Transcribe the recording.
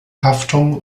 haftung